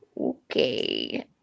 Okay